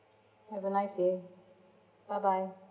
have a nice day bye bye